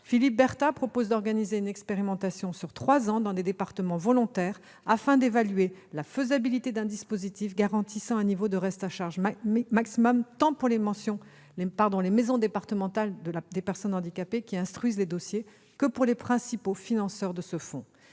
Philippe Berta propose d'organiser une expérimentation sur trois ans dans des départements volontaires, afin d'évaluer la faisabilité d'un dispositif garantissant un niveau de reste à charge maximum, tant pour les maisons départementales des personnes handicapées, ou MDPH, qui instruisent les dossiers que pour les principaux financeurs de ce fonds.